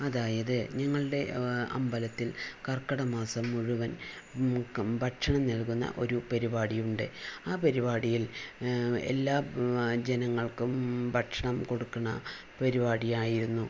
അതായത് ഞങ്ങളുടെ അമ്പലത്തിൽ കർക്കിടക മാസം മുഴുവൻ ഭക്ഷണം നൽകുന്ന ഒരു പരിപാടിയുണ്ട് ആ പരിപാടിയിൽ എല്ലാ ജനങ്ങൾക്കും ഭക്ഷണം കൊടുക്കുന്ന പരിപാടിയായിരുന്നു